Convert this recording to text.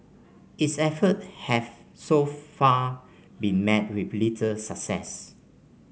its effort have so far been met with little success